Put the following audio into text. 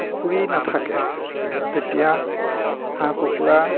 পুখুৰী নাথাকে তেতিয়া হাঁহ কুকুৰা